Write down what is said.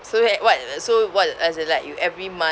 so eh what uh so what as in like you every month